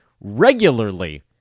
regularly